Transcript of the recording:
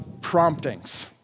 promptings